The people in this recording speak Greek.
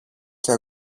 και